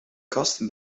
kast